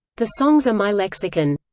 the songs are my lexicon.